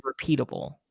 repeatable